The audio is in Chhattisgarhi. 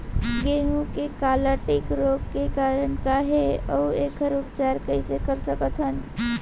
गेहूँ के काला टिक रोग के कारण का हे अऊ एखर उपचार कइसे कर सकत हन?